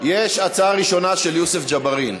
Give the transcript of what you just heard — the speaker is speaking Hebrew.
יש הצעה ראשונה של יוסף ג'בארין.